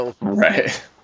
Right